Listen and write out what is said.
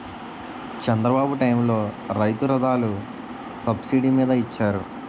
చంద్రబాబు టైములో రైతు రథాలు సబ్సిడీ మీద ఇచ్చారు